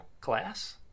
class